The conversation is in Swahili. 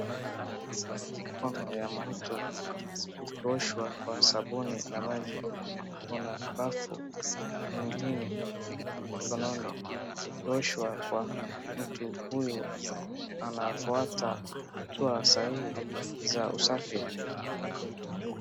Mikono ya mtu ikioshwa kwa sabuni na maji, kuna pofu ingine mikononi ikioshwa, mtu huyu anafuata hatua sahihi za usafi .